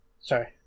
Sorry